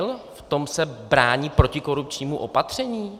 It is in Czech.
V tom se brání protikorupčnímu opatření?